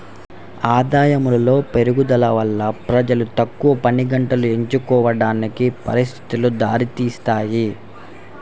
ఆదాయములో పెరుగుదల వల్ల ప్రజలు తక్కువ పనిగంటలు ఎంచుకోవడానికి పరిస్థితులు దారితీస్తాయి